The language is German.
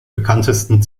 bekanntesten